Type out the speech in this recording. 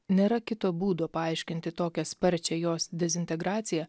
nėra kito būdo paaiškinti tokią sparčią jos dezintegraciją